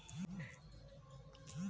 चरखा कांग्रेस के चुनाव चिन्ह होत रहे